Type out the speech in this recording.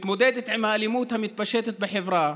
מתמודדות עם האלימות המתפשטת בחברה,